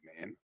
man